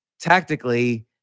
tactically